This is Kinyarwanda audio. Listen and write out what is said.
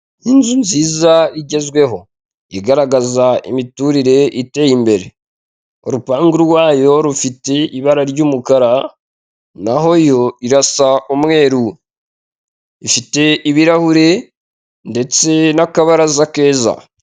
Inzu nziza igezweho igaragaza imiturire iteye imbere. Urupangu rwayo rufite ibara ry'umukara naho yo irasa umweru ifite ibirahure ndetse n'akabaraza keza.